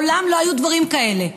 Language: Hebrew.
מעולם לא היו דברים כאלה.